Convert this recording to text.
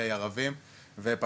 ערבים וכדומה,